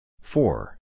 four